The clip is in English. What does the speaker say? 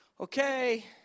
Okay